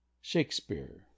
Shakespeare